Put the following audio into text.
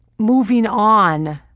moving on,